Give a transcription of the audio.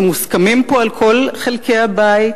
שמוסכמים פה על כל חלקי הבית,